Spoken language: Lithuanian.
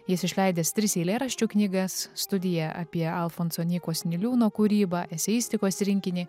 jis išleidęs tris eilėraščių knygas studija apie alfonso nykos niliūno kūrybą eseistikos rinkinį